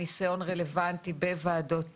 ניסיון רלוונטי בוועדות תכנון,